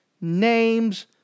name's